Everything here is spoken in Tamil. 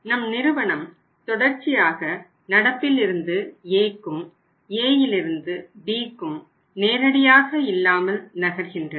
நம் நிறுவனம் தொடர்ச்சியாக நடப்பில் இருந்து Aக்கும் Aயிலிருந்து Bக்கும் நேரடியாக இல்லாமல் நகர்கின்றது